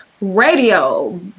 Radio